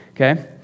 okay